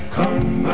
come